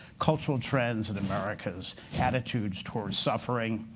cultural trends in america's attitudes toward suffering.